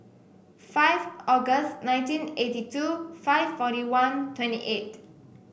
five August nineteen eighty two five forty one twenty eight